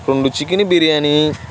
రెండు చికెన్ బిర్యానీ